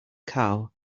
cow